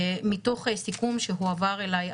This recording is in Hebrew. מתוך סיכום עדכני שהועבר אלי,